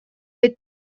with